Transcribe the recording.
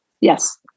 Yes